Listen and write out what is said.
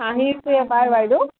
হাঁহি বাইদেউ